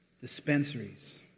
Dispensaries